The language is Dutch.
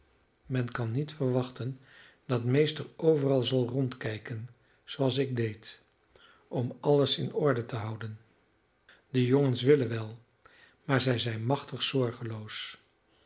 men kan niet verwachten dat meester overal zal rondkijken zooals ik deed om alles in orde te houden de jongens willen wel maar zij zijn machtig zorgeloos